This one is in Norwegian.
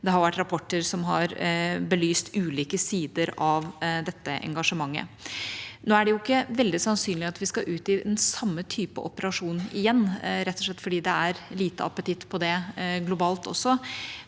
det har vært rapporter som har belyst ulike sider av dette engasjementet. Det er ikke veldig sannsynlig at vi skal ut i den samme typen operasjon igjen, rett og slett fordi det også er lite appetitt på det globalt,